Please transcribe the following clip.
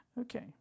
Okay